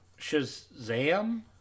Shazam